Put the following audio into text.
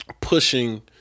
pushing